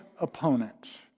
opponent